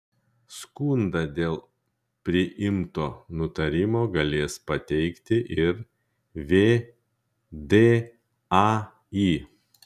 skundą dėl priimto nutarimo galės pateikti ir vdai